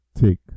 take